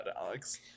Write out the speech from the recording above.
Alex